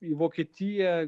į vokietiją